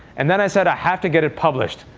and then i said i have to get it published.